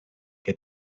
que